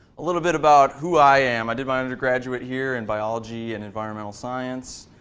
a little bit about who i am. i did my undergraduate here in biology and environmental science.